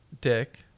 Dick